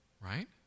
Right